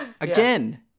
again